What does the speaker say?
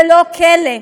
ולא כלא.